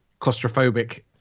claustrophobic